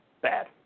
bad